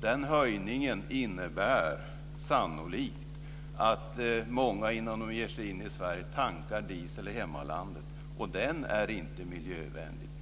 Den höjningen innebär sannolikt att många innan de ger sig in i Sverige tankar diesel i hemlandet, och den är inte miljövänlig.